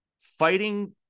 fighting